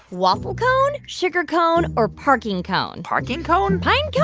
waffle cone, sugar cone or parking cone? parking cone? pine cone